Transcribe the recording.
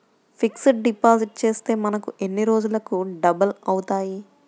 Fixed deposit చేస్తే మనకు ఎన్ని రోజులకు డబల్ అవుతాయి?